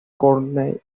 courtney